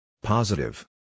Positive